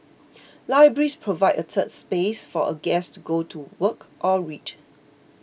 libraries provide a 'third space' for a guest to go to work or read